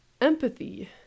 Empathy